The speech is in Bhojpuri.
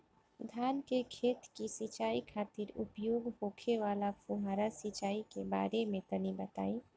धान के खेत की सिंचाई खातिर उपयोग होखे वाला फुहारा सिंचाई के बारे में तनि बताई?